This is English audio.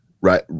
right